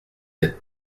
êtes